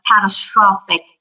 catastrophic